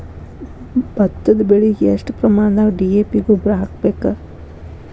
ಭತ್ತದ ಬೆಳಿಗೆ ಎಷ್ಟ ಪ್ರಮಾಣದಾಗ ಡಿ.ಎ.ಪಿ ಗೊಬ್ಬರ ಹಾಕ್ಬೇಕ?